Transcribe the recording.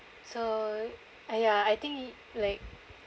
so aiyah I think y~ like